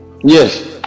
Yes